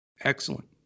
Excellent